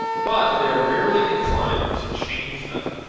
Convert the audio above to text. but they are rarely inclined to change them